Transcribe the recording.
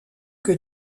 que